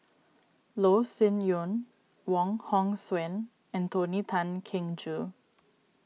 Loh Sin Yun Wong Hong Suen and Tony Tan Keng Joo